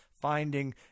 finding